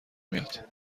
میاد